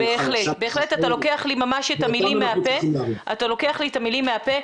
בהחלט, אתה לוקח לי ממש את המילים מהפה.